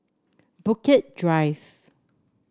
Bukit Drive